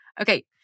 okay